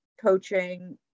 coaching